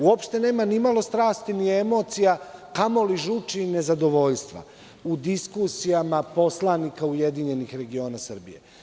Uopšte nema ni malo strasti ni emocija, kamo li žuči i nezadovoljstva, u diskusijama poslanika URS.